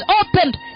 opened